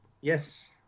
yes